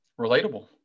relatable